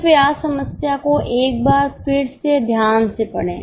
कृपया समस्या को एक बार फिर से ध्यान से पढ़ें